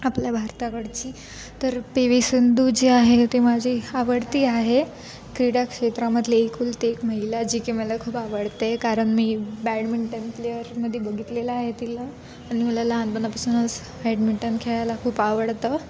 आपल्या भारताकडची तर पी वी सिंधू जी आहे ती माझी आवडती आहे क्रीडाक्षेत्रामधले एकुलते एक महिला जी की मला खूप आवडते कारण मी बॅडमिंटन प्लेअरमध्ये बघितलेलं आहे तिला आणि मला लहानपणापासूनच बॅडमिंटन खेळायला खूप आवडतं